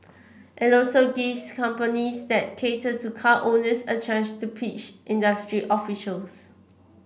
it also gives companies that cater to car owners a chance to pitch industry officials